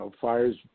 fires